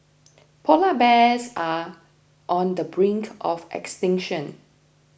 Polar Bears are on the brink of extinction